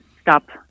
stop